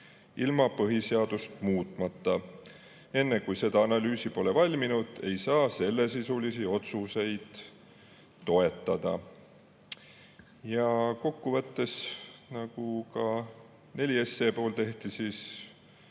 ilma põhiseadust muutmata. Enne, kui seda analüüsi pole valminud, ei saa sellesisulisi otsuseid toetada. Kokku võttes, nagu ka 4 SE puhul tehti